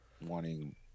wanting